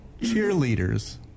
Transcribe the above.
cheerleaders